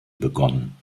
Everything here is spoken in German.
begonnen